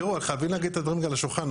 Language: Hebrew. תראו, חייבים להגיד את הדברים גם על השולחן.